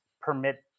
permit